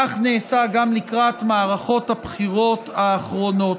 כך נעשה גם לקראת מערכות הבחירות האחרונות.